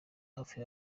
hafi